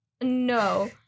no